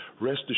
rest